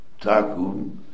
Takum